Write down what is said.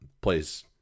plays